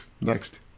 Next